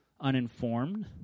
uninformed